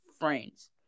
friends